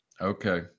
Okay